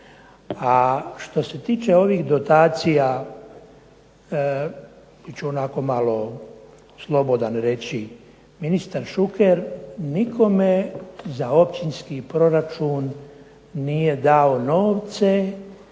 što se tiče ovih dotacija, bit ću onako malo slobodan reći, ministar Šuker nikome za općinski proračun nije dao novce